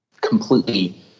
completely